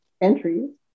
entries